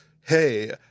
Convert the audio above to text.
hey